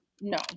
No